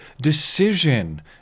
decision